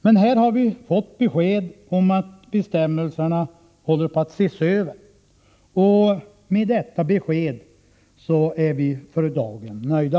Men här har vi fått besked om att bestämmelserna håller på att ses över, och med detta besked är vi för dagen nöjda.